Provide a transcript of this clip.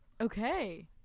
Okay